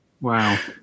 Wow